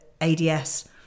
ADS